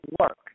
work